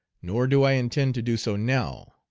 nor do i intend to do so now.